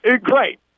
great